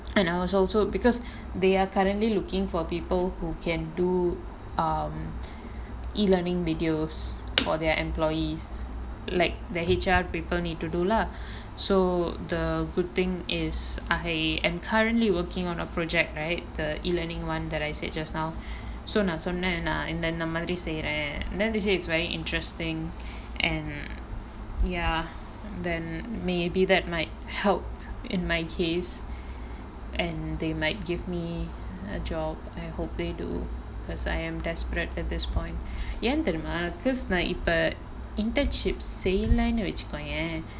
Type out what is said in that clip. and I was also because they are currently looking for people who can do um E learning videos for their employees like the H_R people need to do lah so the good thing is I am currently working on a project right the E learning one that I said just now so நா சொன்னே நா இந்தந்த மாரி செய்றேன்:naa sonnae inthantha maari seiraen then they say it's very interesting and ya then maybe that might help in my case and they might give me a job I hope they do because I'm desperate at this point ஏன் தெரிமா:yaen therimaa because நா இப்ப:naa ippa internship செய்லேன்னு வெச்சுக்கோயேன்:seiylaenu vechukkoyaen